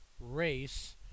race